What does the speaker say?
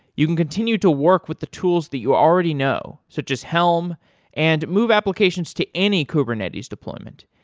you can continue to work with the tools that you already know, such as helm and move applications to any kubernetes deployment.